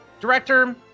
Director